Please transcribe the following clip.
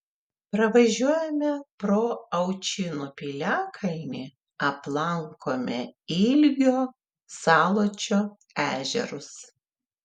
pravažiuojame pro aučynų piliakalnį aplankome ilgio saločio ežerus